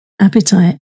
appetite